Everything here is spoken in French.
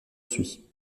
suis